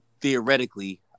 theoretically